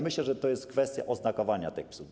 Myślę, że to jest kwestia oznakowania tych psów.